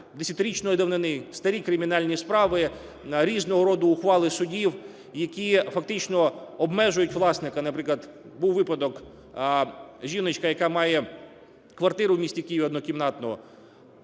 десятирічної давнини, старі кримінальні справи, різного року ухвали суддів, які фактично обмежують власника, наприклад, був випадок: жіночка, яка має квартиру в місті Києві однокімнатну,